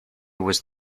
was